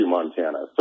Montana